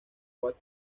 coast